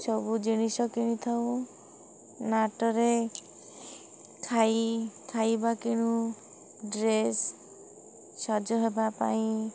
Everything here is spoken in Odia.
ସବୁ ଜିନିଷ କିଣିଥାଉ ନାଟରେ ଖାଇ ଖାଇବା କିଣୁ ଡ୍ରେସ୍ ସଜ ହେବା ପାଇଁ